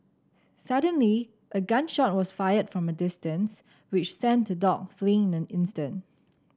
suddenly a gun shot was fired from a distance which sent the dog fleeing in an instant